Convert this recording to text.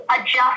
adjust